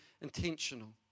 intentional